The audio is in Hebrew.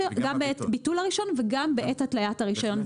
ביטול הרישיון וגם בעת התליית הרישיון.